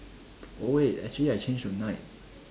wait actually I change to night